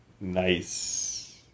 Nice